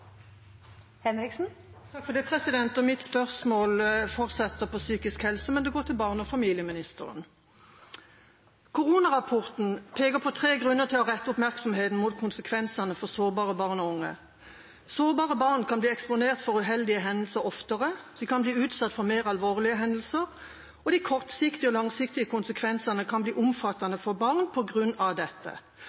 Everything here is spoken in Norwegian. Henriksen – til oppfølgingsspørsmål. Mitt spørsmål fortsetter på psykisk helse, men det går til barne- og familieministeren. Koronarapporten peker på tre grunner til å rette oppmerksomheten mot konsekvensene for sårbare barn og unge. Sårbare barn kan oftere bli eksponert for uheldige hendelser, og de kan bli utsatt for mer alvorlige hendelser. De kortsiktige og langsiktige konsekvensene kan bli omfattende for barn på grunn av dette,